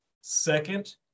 second